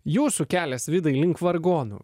jūsų kelias vidai link vargonų